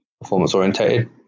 performance-orientated